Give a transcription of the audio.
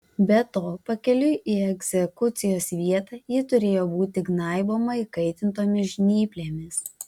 be to pakeliui į egzekucijos vietą ji turėjo būti gnaiboma įkaitintomis žnyplėmis